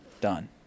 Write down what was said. done